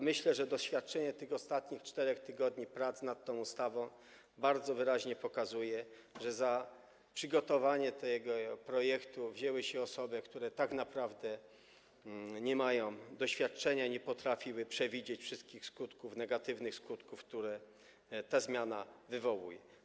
Myślę, że doświadczenie tych ostatnich 4 tygodni prac nad tą ustawą bardzo wyraźnie pokazuje, że za przygotowanie tego projektu wzięły się osoby, które tak naprawdę nie mają doświadczenia i nie potrafiły przewidzieć wszystkich negatywnych skutków, które ta zmiana wywołuje.